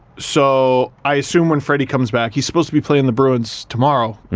so i assume when freddie comes back he's supposed to be playing the bruins tomorrow,